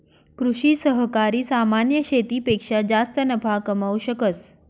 कृषि सहकारी सामान्य शेतीपेक्षा जास्त नफा कमावू शकस